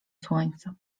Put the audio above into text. słońce